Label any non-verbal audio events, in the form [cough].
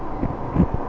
[noise]